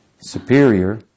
superior